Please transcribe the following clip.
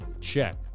check